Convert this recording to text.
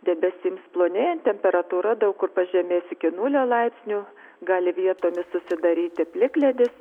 debesims plonėjant temperatūra daug kur pažemės iki nulio laipsnių gali vietomis susidaryti plikledis